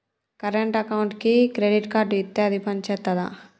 Current అకౌంట్కి credit card ఇత్తే అది పని చేత్తదా?